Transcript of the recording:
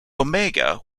omega